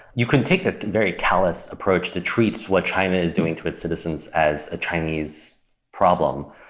you can take this very callous approach to treat what china is doing to its citizens as a chinese problem,